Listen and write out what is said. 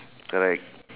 correct